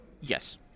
Yes